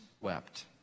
wept